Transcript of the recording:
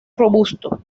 robusto